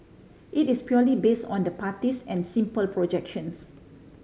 it is purely based on the parties and simple projections